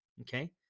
okay